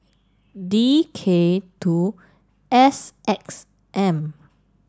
D K two S X M